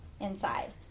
inside